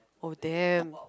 oh damn